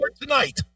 tonight